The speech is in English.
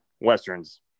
westerns